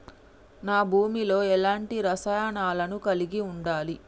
నా భూమి లో ఎలాంటి రసాయనాలను కలిగి ఉండాలి?